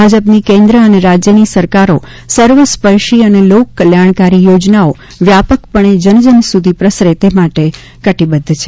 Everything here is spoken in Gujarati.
ભાજપની કેન્દ્ર અને રાજ્યની સરકારો સર્વસ્પર્શી અને લોકકલ્યાણકારી યોજનાઓ વ્યાપકપણે જનજન સુધી પ્રસરે તે માટે કટિબદ્ધ છે